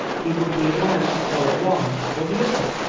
he would be obliged to follow one or the other.